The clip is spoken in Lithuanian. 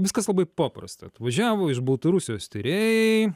viskas labai paprasta atvažiavo iš baltarusijos tyrėjai